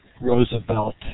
Roosevelt